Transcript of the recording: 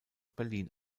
berlin